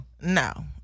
No